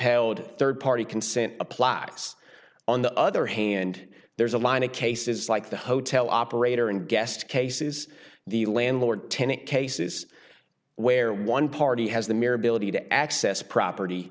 held rd party consent applies on the other hand there's a line of cases like the hotel operator and guest cases the landlord tenant cases where one party has the mere ability to access property